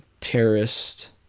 terrorist